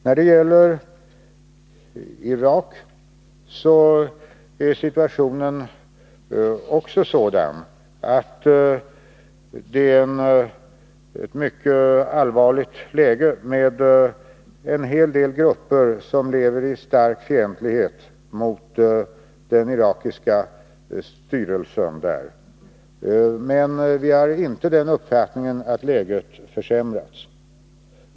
I Irak är läget också mycket allvarligt — en hel del grupper lever i stark fientlighet mot den irakiska styrelsen. Men vi har inte uppfattningen att läget har försämrats.